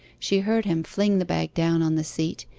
she heard him fling the bag down on the seat,